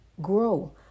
grow